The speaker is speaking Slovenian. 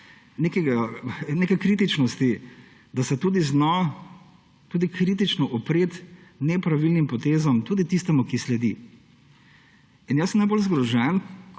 neke kritičnosti, da se tudi zna kritično upreti nepravilnim potezam, tudi tistemu, ki sledi. In jaz sem najbolj zgrožen,